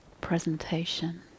presentation